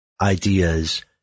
ideas